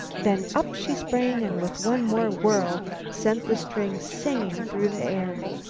then up she sprang and with one more whirl sent the string singing through the air.